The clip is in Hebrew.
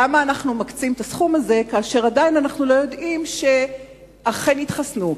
למה אנחנו מקצים את הסכום הזה כאשר עדיין אנחנו לא יודעים שאכן יתחסנו?